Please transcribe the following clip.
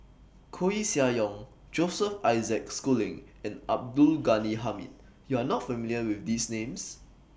Koeh Sia Yong Joseph Isaac Schooling and Abdul Ghani Hamid YOU Are not familiar with These Names